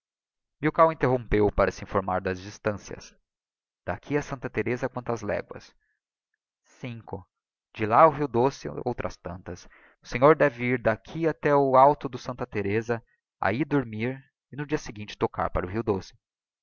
custas milkau interrompeu-o para se informar das distancias d'aqui a santa thereza quantas léguas cinco e de lá ao rio doce outras tantas o senhor deve ir d'aqui até o alto de santa thereza ahi dormir e no dia seguinte tocar para o rio doce